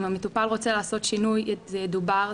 אם המטופל רוצה לעשות שינוי זה ידובר.